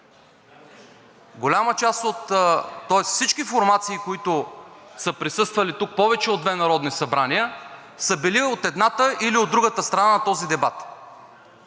на частния сектор. Всичките формации, които са присъствали тук повече от две народни събрания, са били от едната или от другата страна на този дебат.